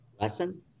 lesson